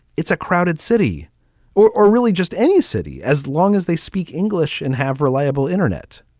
it's a crowded city or or really just any city as long as they speak english and have reliable internet